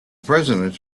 president